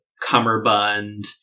cummerbund